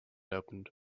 opened